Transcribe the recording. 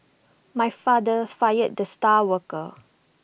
my father fired the star worker